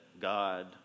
God